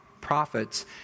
prophets